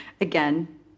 Again